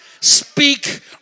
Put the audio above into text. Speak